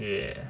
ya